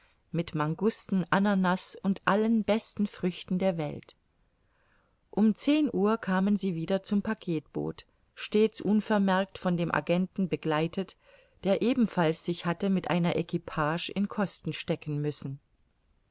mit mangusten ananas und allen besten früchten der welt um zehn uhr kamen sie wieder zum packetboot stets unvermerkt von dem agenten begleitet der ebenfalls sich hatte mit einer equipage in kosten stecken müssen